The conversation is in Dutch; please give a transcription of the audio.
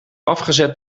afgezet